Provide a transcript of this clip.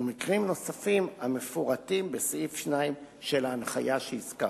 ומקרים נוספים המפורטים בסעיף 2 של ההנחיה שהזכרתי.